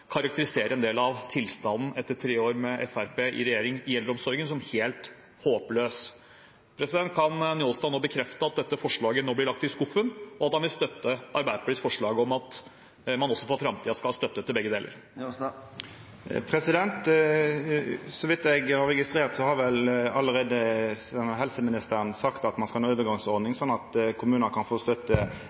karakterisere en del av tilstanden i eldreomsorgen etter tre år med Fremskrittspartiet i regjering som helt håpløs. Kan representanten Njåstad bekrefte at dette forslaget nå blir lagt i skuffen, og at han vil støtte Arbeiderpartiets forslag om at man også for framtiden skal ha støtte til begge deler? Så vidt eg har registrert, har vel allereie helseministeren sagt at ein skal ha ei overgangsordning, slik at kommunar kan få støtte